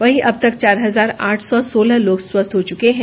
वहीं अब तक चार हजार आठ सौ सोलह लोग स्वस्थ हो चुके हैं